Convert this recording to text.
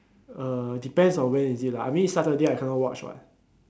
uh depends on where is it lah I mean Saturday I cannot watch [what]